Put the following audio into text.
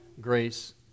grace